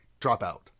Dropout